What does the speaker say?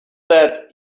that